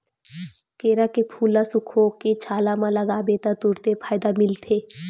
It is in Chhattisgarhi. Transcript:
केरा के फूल ल सुखोके छाला म लगाबे त तुरते फायदा मिलथे